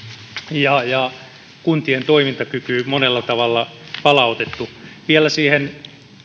ja ja kuntien toimintakyky monella tavalla palautettu vielä siihen